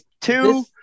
Two